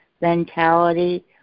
mentality